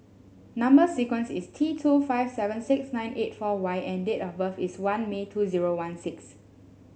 number sequence is T two five seven six nine eight four Y and date of birth is one May two zero one six